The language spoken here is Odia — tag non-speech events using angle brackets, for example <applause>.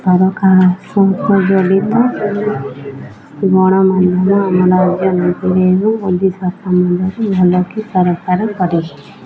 ସରକାର ସହ ଜଡ଼ିତ ଗଣମାଧ୍ୟମ <unintelligible> ସ୍ୱାସ୍ଥ୍ୟ ମଣ୍ଡରେ ଭଲକି ସରକାର